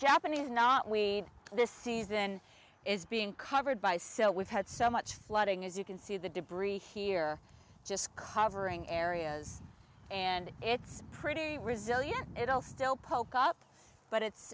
japanese not we this season is being covered by silt we've had so much flooding as you can see the debris here just cause hearing areas and it's pretty resilient it'll still poke up but it's